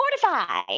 Fortify